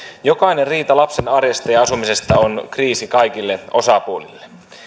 jokainen riita lapsen arjesta ja asumisesta on kriisi kaikille osapuolille